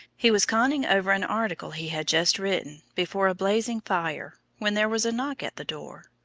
he was conning over an article he had just written, before a blazing fire, when there was a knock at the door.